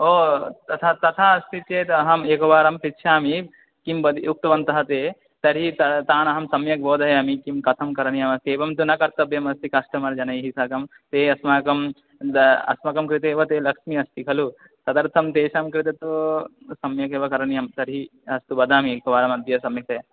ओ तथा अस्ति चेत् अहम् एकवारं पृच्छामि किं वद् उक्तवन्तः ते तर्हि त तानहं सम्यक् बोधयामि किं कथं करणीयमस्ति एवं तु न कर्तव्यमस्ति कस्टमर् जनैः साकम् अस्माकम् अस्माकं कृतैव ते लक्ष्मी अस्ति खलु तदर्थं तेषां कृते तु सम्यगेव करणीयं तर्हि अस्तु वदामि एकवारमद्य सम्यक्तया